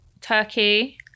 Turkey